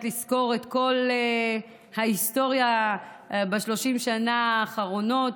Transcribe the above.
לסקור את כל ההיסטוריה ב-30 השנה האחרונות.